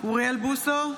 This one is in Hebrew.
אוריאל בוסו,